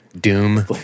Doom